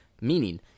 meaning